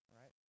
right